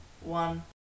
one